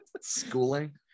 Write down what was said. Schooling